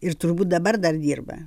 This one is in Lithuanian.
ir turbūt dabar dar dirba